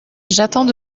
j’attends